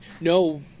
No